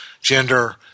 gender